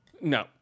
No